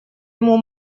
ему